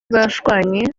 bashwanye